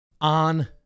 on